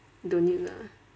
don't need lah